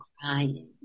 crying